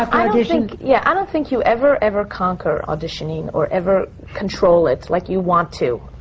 audition? yeah. i don't think you ever, ever conquer auditioning, or ever control it like you want to.